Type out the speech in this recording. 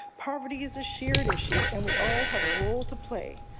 poverty is a shared issue and we all have a role to play.